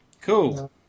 cool